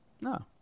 No